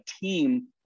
team